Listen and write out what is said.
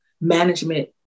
management